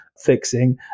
fixing